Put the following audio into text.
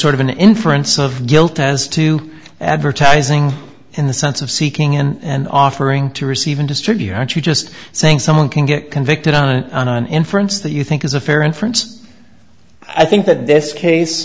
sort of an inference of guilt as to advertising in the sense of seeking and offering to receive and distribute aren't you just saying someone can get convicted on an on an inference that you think is a fair inference i think that this case